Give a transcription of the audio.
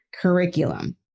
curriculum